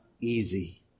easy